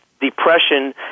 depression